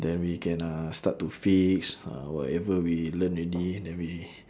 then we can uh start to fix uh whatever we learn already then we